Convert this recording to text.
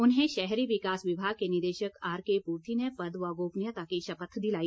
उन्हें शहरी विकास विभाग के निदेशक आरके पुरथी ने पद व गोपनीयता की शपथ दिलाई